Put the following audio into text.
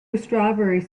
strawberries